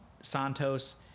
Santos